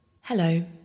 Hello